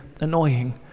annoying